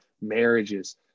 marriages